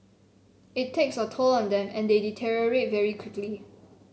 it takes a toll on them and they deteriorate very quickly